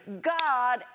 God